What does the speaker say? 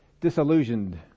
disillusioned